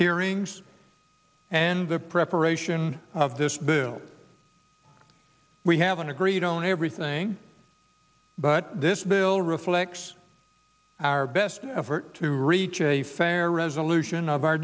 hearings and the preparation of this bill we haven't agreed on everything but this bill reflects our best effort to reach a fair resolution of our